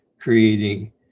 creating